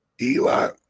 Eli